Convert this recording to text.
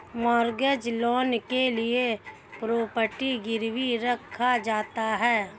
mortgage loan के लिए property गिरवी रखा जाता है